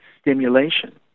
stimulation